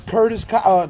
Curtis